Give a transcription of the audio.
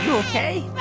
ok?